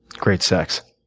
great sex.